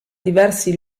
diversi